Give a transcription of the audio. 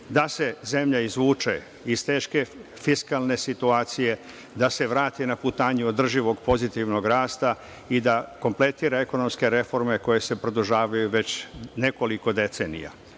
da se zemlja izvuče iz teške fiskalne situacije, da se vrti na putanju održivog pozitivnog rasta i da kompletira ekonomske reforme koje se produžavaju već nekoliko decenija,